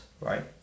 right